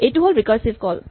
এইটো হ'ল ৰিকাৰছিভ কল